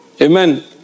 Amen